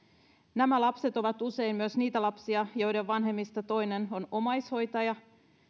nämä lapset ovat usein myös niitä lapsia joiden vanhemmista toinen on omaishoitaja